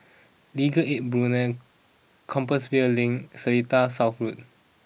Legal Aid Bureau Compassvale Link Seletar South Road